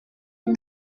ari